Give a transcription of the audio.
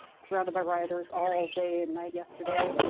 surrounded by rioters all day and night yesterday.